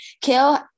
kill